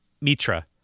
Mitra